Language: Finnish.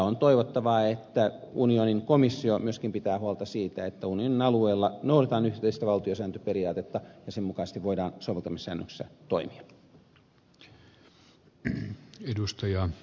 on toivottavaa että unionin komissio myöskin pitää huolta siitä että unionin alueella noudatetaan yhteistä valtiosääntöperiaatetta ja sen mukaisesti voidaan soveltamissäännöksissä toimia